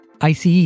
ICE